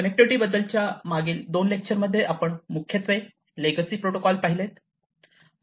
connectivity बद्दल च्या मागे दोन लेक्चरमध्ये आपण मुख्यत्वे लेगसी प्रोटोकॉल पाहिले